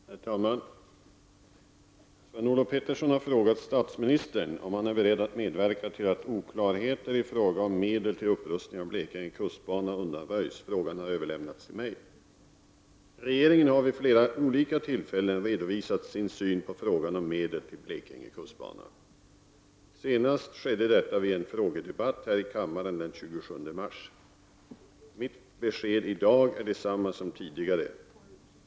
Herr talman! Sven-Olof Petersson har frågat statsministern om han är beredd att medverka till att oklarheter i fråga om medel till upprustning av Blekinge kustbana undanröjs. Frågan har överlämnats till mig. Regeringen har vid flera olika tillfällen redovisat sin syn på frågan om medel till Blekinge kustbana. Senast skedde detta vid en frågedebatt här i kammaren den 27 mars. Mitt besked i dag är detsamma som tidigare.